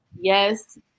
yes